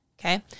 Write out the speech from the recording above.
Okay